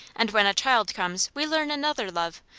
and when a child comes we learn another love,